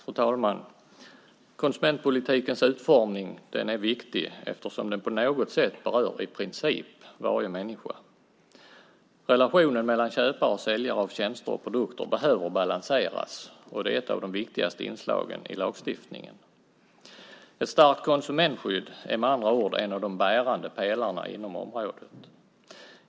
Fru talman! Konsumentpolitikens utformning är viktig eftersom den på något sätt berör i princip varje människa. Relationen mellan köpare och säljare av tjänster och produkter behöver balanseras, och det är ett av de viktigaste inslagen i lagstiftningen. Ett starkt konsumentskydd är med andra ord en av de bärande pelarna inom området.